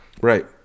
Right